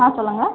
ஆ சொல்லுங்கள்